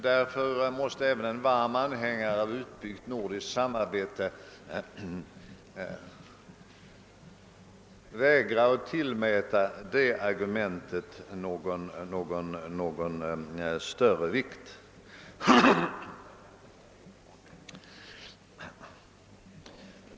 Därför måste även en varm anhängare av utbyggt nordiskt samarbete vägra att tillmäta det argumentet beträffande rösträttsåldern någon större vikt.